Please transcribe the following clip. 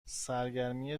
سرگرمی